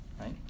Right